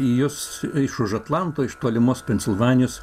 į jus iš už atlanto iš tolimos pensilvanijos